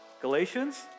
Galatians